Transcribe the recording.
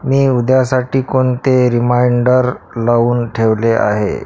मी उद्यासाठी कोणते रिमाइंडर लावून ठेवले आहे